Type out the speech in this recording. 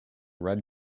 red